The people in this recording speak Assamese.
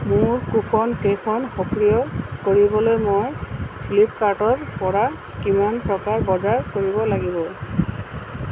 মোৰ কুপনকেইখন সক্ৰিয় কৰিবলৈ মই ফ্লিপকাৰ্টৰ পৰা কিমান টকাৰ বজাৰ কৰিব লাগিব